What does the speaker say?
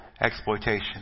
exploitation